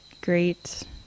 great